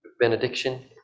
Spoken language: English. benediction